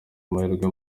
amahirwe